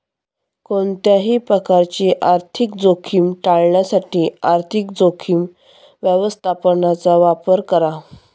कोणत्याही प्रकारची आर्थिक जोखीम टाळण्यासाठी आर्थिक जोखीम व्यवस्थापनाचा वापर करा